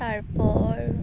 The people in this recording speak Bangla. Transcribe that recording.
তারপর